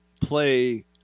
play